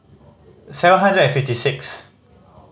seven hundred and fifty six